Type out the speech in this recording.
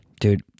Dude